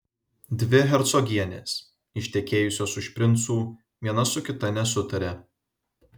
dvi hercogienės ištekėjusios už princų viena su kita nesutaria